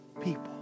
people